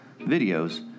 videos